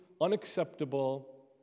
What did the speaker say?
unacceptable